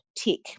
Tick